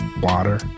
Water